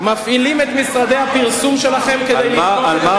מפעילים את משרדי הפרסום שלכם כדי לתקוף את